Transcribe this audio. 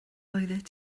oeddet